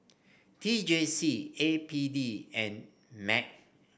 T J C A P D and MC